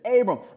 Abram